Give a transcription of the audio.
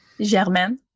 Germain